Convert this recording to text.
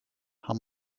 how